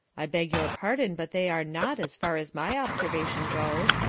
i beg your pardon, but they are not, as far as my observation goes,